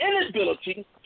inability